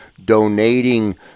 donating